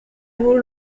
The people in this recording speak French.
vous